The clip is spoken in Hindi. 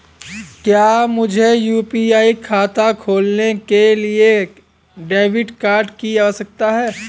क्या मुझे यू.पी.आई खाता खोलने के लिए डेबिट कार्ड की आवश्यकता है?